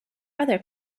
other